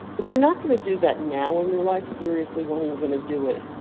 if you're not going to do that now in your life, seriously, when are you going to do it?